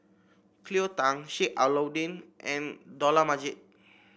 Cleo Thang Sheik Alau'ddin and Dollah Majid